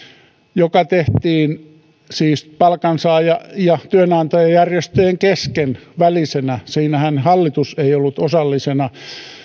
joka tehtiin siis palkansaaja ja työnantajajärjestöjen kesken ja välisenä siinähän hallitus ei ollut osallisena